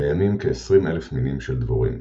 קיימים כ-20,000 מינים של דבורים,